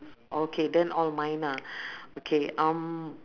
okay then all mine ah okay um